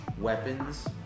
weapons